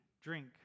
drink